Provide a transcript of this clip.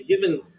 given